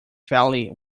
valley